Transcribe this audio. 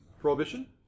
Prohibition